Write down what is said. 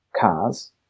cars